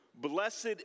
Blessed